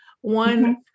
one